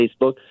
Facebook